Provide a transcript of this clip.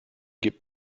gib